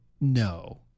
No